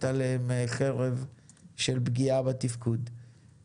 עליהם חרב של פגיעה בתפקוד עוד ארבע שנים.